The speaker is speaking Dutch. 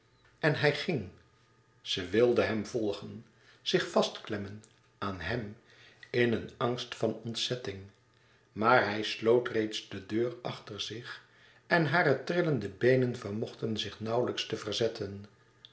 en hij ging ze wilde hem volgen zich vastklemmen àan hem in een angst van ontzetting maar hij sloot reeds de deur achter zich en hare trillende beenen vermochten zich nauwelijks te verzetten